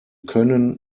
können